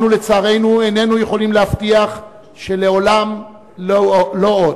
לצערנו איננו יכולים להבטיח ש"לעולם לא עוד".